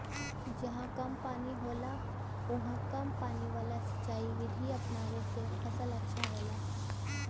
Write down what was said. जहां कम पानी होला उहाँ कम पानी वाला सिंचाई विधि अपनावे से फसल अच्छा होला